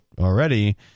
already